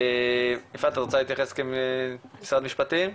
יפעת רוצה להתייחס כמשרד משפטים?